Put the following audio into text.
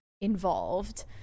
involved